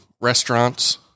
restaurants